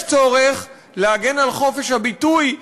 יש צורך להגן על חופש הביטוי,